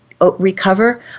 recover